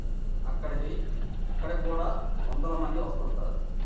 అక్కడికి అక్కడికి కూడా వందల మంది వస్తుంటారు